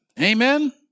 Amen